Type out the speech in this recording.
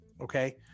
okay